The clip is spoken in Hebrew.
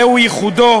זה ייחודו.